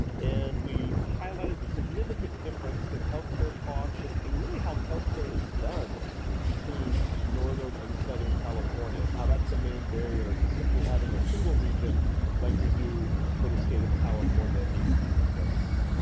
and we highlighted the significant difference in health care costs and and really how health care is done between northern and southern california, and how that's the main barrier to simply having a single region, just like we do for the state of california agencies right now.